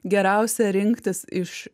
geriausia rinktis iš